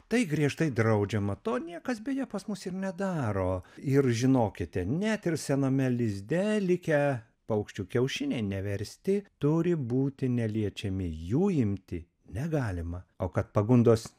tai griežtai draudžiama to niekas beje pas mus ir nedaro ir žinokite net ir sename lizde likę paukščių kiaušiniai neversti turi būti neliečiami jų imti negalima o kad pagundos